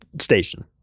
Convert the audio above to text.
station